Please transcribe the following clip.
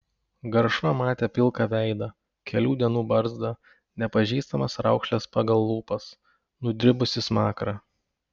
garšva matė pilką veidą kelių dienų barzdą nepažįstamas raukšles pagal lūpas nudribusį smakrą